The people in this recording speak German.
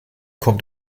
kommt